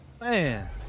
man